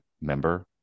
member